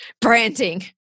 branding